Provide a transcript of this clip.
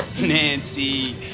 Nancy